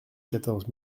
quatorze